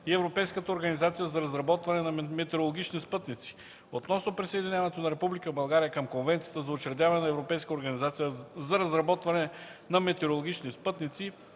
и Европейската организация за разработване на метеорологични спътници (EUMETSAT) относно присъединяването на Република България към Конвенцията за учредяване на Европейската организация за разработване на метеорологични спътници